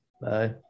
Bye